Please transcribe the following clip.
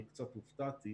אני קצת הופתעתי